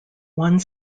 one